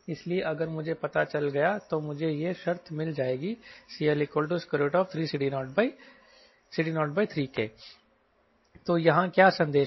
इसलिए अगर मुझे पता चल गया तो मुझे यह शर्त मिल जाएगी CLCD03K तो यहाँ क्या संदेश है